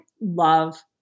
love